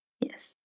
yes